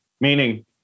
Meaning